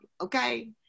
okay